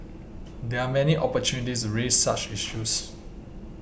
there are many opportunities raise such issues